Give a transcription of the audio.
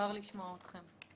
בעיקר לשמוע אתכם.